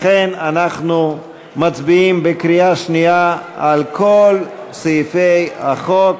לכן אנחנו מצביעים בקריאה שנייה על כל סעיפי החוק.